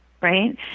Right